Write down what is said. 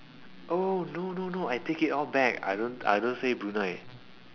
oh no no no I take it all back I don't I don't say Brunei